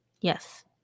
Yes